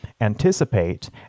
anticipate